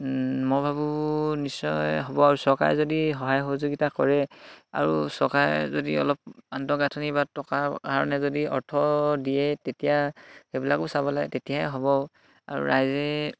মই ভাবোঁ নিশ্চয় হ'ব আৰু চৰকাৰে যদি সহায় সহযোগিতা কৰে আৰু চৰকাৰে যদি অলপ আন্তঃগাঁথনি বা টকাৰ কাৰণে যদি অৰ্থ দিয়ে তেতিয়া সেইবিলাকো চাবলৈ তেতিয়াহে হ'ব আৰু ৰাইজে